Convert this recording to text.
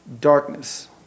darkness